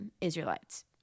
israelites